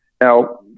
Now